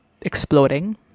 exploding